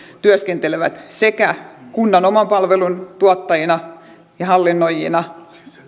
työskentelevät sekä kunnan oman palvelun tuottajina ja hallinnoijina